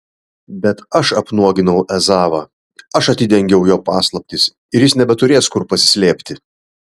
bet aš apnuoginau ezavą aš atidengiau jo paslaptis ir jis nebeturės kur pasislėpti